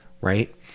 right